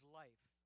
life